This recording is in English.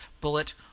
bullet